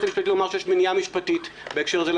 המשפטי לומר שיש מניעה משפטית בהקשר הזה,